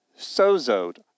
sozoed